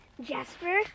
Jasper